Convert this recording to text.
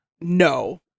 No